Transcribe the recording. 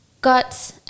got